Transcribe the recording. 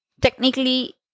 Technically